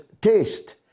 taste